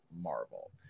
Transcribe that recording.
marvel